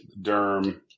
derm